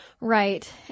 Right